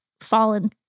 fallen